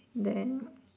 then